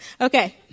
Okay